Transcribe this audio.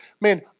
man